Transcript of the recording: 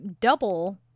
double